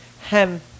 hem